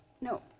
No